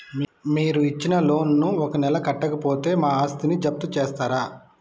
మీరు ఇచ్చిన లోన్ ను ఒక నెల కట్టకపోతే మా ఆస్తిని జప్తు చేస్తరా?